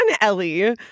Ellie